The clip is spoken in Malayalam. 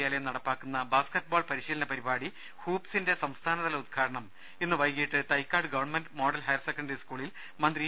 സംസ്ഥാന കായിക ്യുവജന കാര്യാലയം നടപ്പാക്കുന്ന ബാസ്കറ്റ് ബോൾ പരിശീലന പരിപാടി ഹൂപ്പ്സിന്റെ സംസ്ഥാനതല ഉദ്ഘാടനം ഇന്ന് വൈകീട്ട് Thycaud government model higher secondary സ്കൂളിൽ മന്ത്രി ഇ